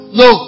no